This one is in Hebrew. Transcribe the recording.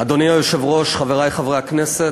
אדוני היושב-ראש, חברי חברי הכנסת,